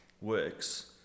works